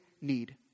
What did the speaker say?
need